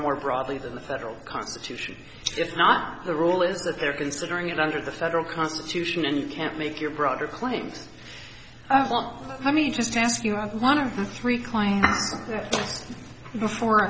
more broadly than the federal constitution if not the rule is that they're considering it under the federal constitution and you can't make your broader claims on let me just ask you one of three claims before